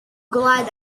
glad